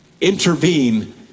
intervene